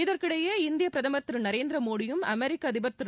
இதற்கிடையே இந்திய பிரதமர் திரு நரேந்திரமோடியும் அமெரிக்க அதிபர் திரு